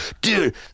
dude